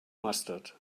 mustard